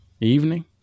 evening